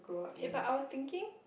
K but I was thinking